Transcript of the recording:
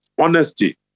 Honesty